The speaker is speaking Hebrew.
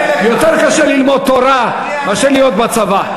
יותר קשה ללמוד תורה מאשר להיות בצבא,